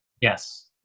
Yes